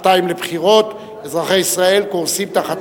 שנתיים לבחירות: אזרחי ישראל קורסים תחת